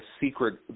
secret